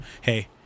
hey